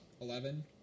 Eleven